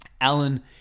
Alan